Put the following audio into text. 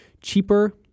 cheaper